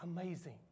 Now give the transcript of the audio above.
amazing